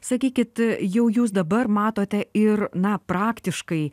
sakykit jau jūs dabar matote ir na praktiškai